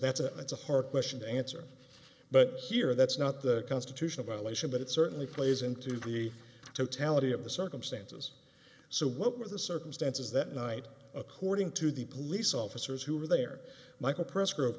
that's a it's a hard question to answer but here that's not the constitutional violation but it certainly plays into the totality of the circumstances so what were the circumstances that night according to the police officers who were there michael press group